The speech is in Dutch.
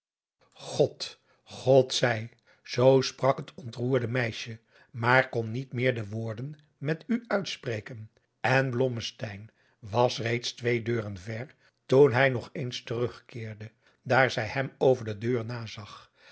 god god zij zoo sprak het ontroerde meisje maar kon niet meer de woorden met u uitspreken en blommesteyn was reeds twee deuren ver toen hij nog eens terugkeerde daar zij hem over de deur nazag